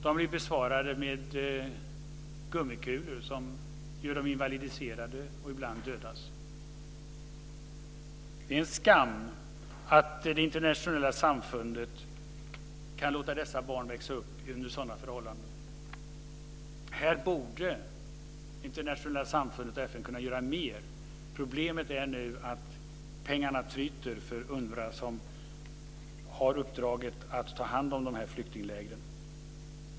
De blir besvarade med gummikulor, som gör dem invalidiserade och ibland dödar dem. Det är en skam att det internationella samfundet kan låta dessa barn växa upp under sådana förhållanden. Här borde det internationella samfundet och FN kunna göra mer. Problemet är nu att pengarna tryter för UNWRA, som har uppdraget att ta hand om dessa flyktingläger.